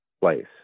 place